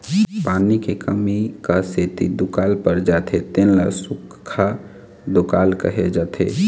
पानी के कमी क सेती दुकाल पर जाथे तेन ल सुक्खा दुकाल कहे जाथे